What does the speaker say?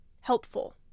helpful